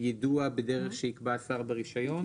מידע מודפס כמובן אלא בעצם יידוע בדרך שייקבע השר ברישיון,